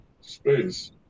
space